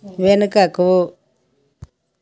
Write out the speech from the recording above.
వెనుకకు